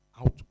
out